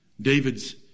David's